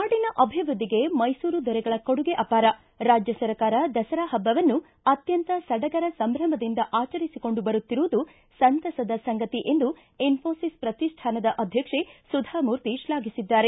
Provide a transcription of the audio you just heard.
ನಾಡಿನ ಅಭಿವೃದ್ದಿಗೆ ಮೈಸೂರು ದೊರೆಗಳ ಕೊಡುಗೆ ಅಪಾರ ರಾಜ್ಯ ಸರ್ಕಾರ ದಸರಾ ಹಬ್ಬವನ್ನು ಅತ್ತಂತ ಸಡಗರ ಸಂಭ್ರಮದಿಂದ ಆಚರಿಸಿಕೊಂಡು ಬರುತ್ತಿರುವುದು ಸಂತಸದ ಸಂಗತಿ ಎಂದು ಇನ್ನೋಸಿಸ್ ಪ್ರತಿಷ್ಠಾನದ ಅಧ್ಯಕ್ಷ ಸುಧಾಮೂರ್ತಿ ಶ್ಲಾಘಿಸಿದ್ದಾರೆ